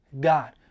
God